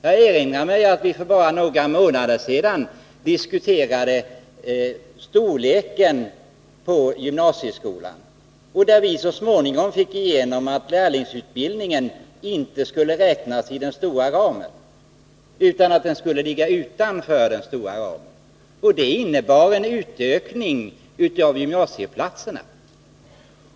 Jag erinrar mig att vi för bara några månader sedan diskuterade storleken på gymnasieskolan, och vi fick så småningom igenom att lärlingsutbildningen inte skulle beräknas inom den stora ramen utan ligga utanför. Det innebar en utökning av antalet gymnasieplatser.